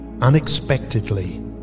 unexpectedly